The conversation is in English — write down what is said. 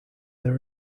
their